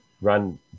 Run